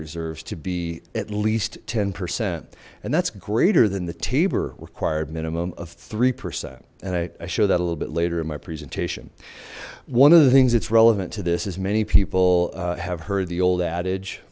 reserves to be at least ten percent and that's greater than the tabor required minimum of three percent and i showed that a little bit later in my presentation one of the things that's relevant to this as many people have heard the old adage